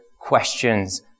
questions